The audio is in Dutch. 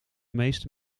meeste